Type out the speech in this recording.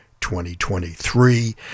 2023